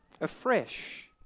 Afresh